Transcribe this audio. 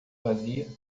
vazia